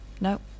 No